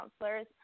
counselors